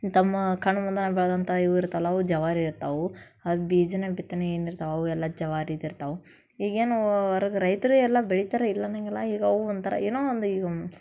ತಮ್ಮ ಕಣ್ಮುಂದನೇ ಬೆಳೆದಂಥ ಇವು ಇರುತ್ತಲ್ಲ ಅವು ಜವಾರಿ ಇರ್ತಾವೆ ಅದು ಬೀಜದ ಬಿತ್ತನೆ ಏನಿರ್ತಾವೆ ಅವು ಎಲ್ಲ ಜವಾರಿದಿರ್ತಾವೆ ಈಗೇನೂ ಹೊರಗ್ ರೈತರೇ ಎಲ್ಲ ಬೆಳಿತಾರೆ ಇಲ್ಲ ಅನ್ನೊಂಗಿಲ್ಲ ಈಗ ಅವು ಒಂಥರ ಏನೋ ಒಂದು ಈಗ